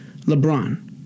LeBron